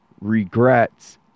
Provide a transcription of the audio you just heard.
regrets